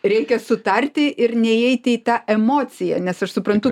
reikia sutarti ir neįeiti į tą emociją nes aš suprantu